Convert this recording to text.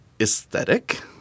aesthetic